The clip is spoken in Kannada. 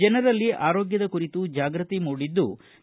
ಜನರಲ್ಲಿ ಆರೋಗ್ಯದ ಕುರಿತು ಜಾಗ್ಯತಿ ಮೂಡಿದ್ಲು